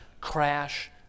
crash